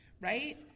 Right